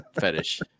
fetish